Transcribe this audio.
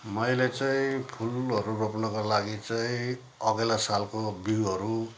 मैले चाहिँ फुलहरू रोप्नको लागि चाहिँ अघिल्लो सालको बिउहरू